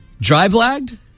drive-lagged